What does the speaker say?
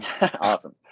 Awesome